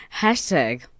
Hashtag